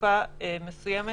בתקופה מסוימת